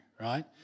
Right